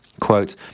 quote